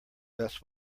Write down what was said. best